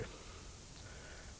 inriktning, m.m.